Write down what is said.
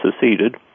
seceded